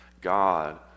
God